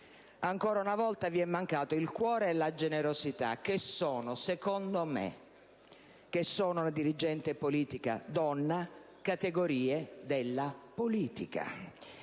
Ancora una volta vi sono mancati il cuore e la generosità, che, secondo me che sono dirigente politica donna, sono categorie della politica.